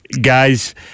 Guys